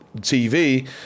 TV